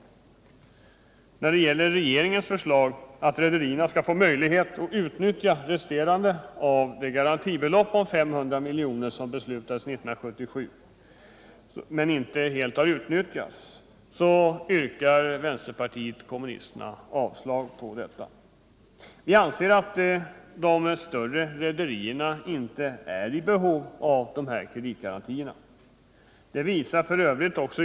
Vänsterpartiet kommunisterna yrkar avslag på regeringens förslag att rederierna skall få möjlighet att utnyttja resterande del av det garantibelopp på 500 milj.kr. som beviljades av 1977 års riksdag men inte helt utnyttjats. Vi anser att de större rederierna inte är ibehov av dessa kreditgarantier. Det visar f.ö.